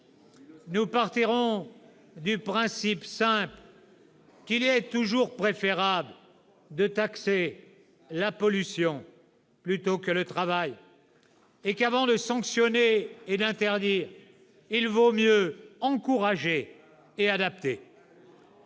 Nous partirons du principe simple qu'il est toujours préférable de taxer la pollution plutôt que le travail, et qu'avant de sanctionner et d'interdire, il vaut mieux encourager et adapter.